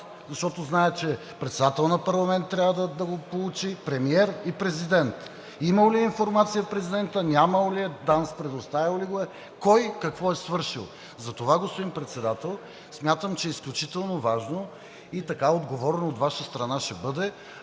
защото знае че председателят на парламента трябва да го получи, премиер и президент. Имал ли е информация президентът, нямал ли е, ДАНС предоставил ли го е? Кой какво е свършил? Затова, господин Председател, смятам, че е изключително важно и ще бъде отговорно от Ваша страна,